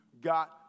got